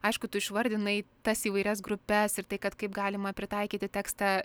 aišku tu išvardinai tas įvairias grupes ir tai kad kaip galima pritaikyti tekstą